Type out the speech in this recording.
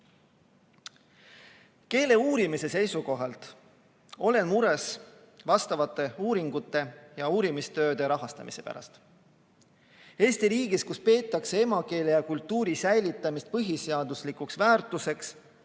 juhtida. Keeleuurimise seisukohalt olen mures selleteemaliste uuringute ja uurimistööde rahastamise pärast. Eesti riigis, kus peetakse emakeele ja kultuuri säilitamist põhiseaduslikuks väärtuseks,